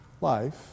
life